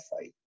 fight